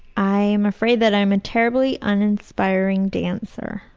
i'm afraid that i'm a terribly uninspiring dancer.